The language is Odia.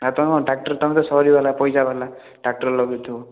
ଆଉ ତୁମେ କ'ଣ ଟ୍ରାକ୍ଟର୍ ତୁମେ ତ ସହରି ଵାଲା ପଇସା ଵାଲା ଟ୍ରାକ୍ଟର୍ ଲଗାଇଥିବ